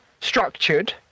structured